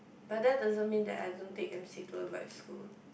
but that doesn't mean that I don't take M_C to avoid school